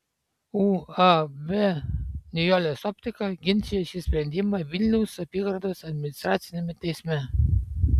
uab nijolės optika ginčija šį sprendimą vilniaus apygardos administraciniame teisme